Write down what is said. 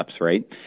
right